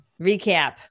Recap